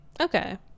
okay